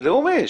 לאומי,